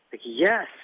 Yes